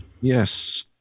Yes